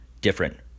different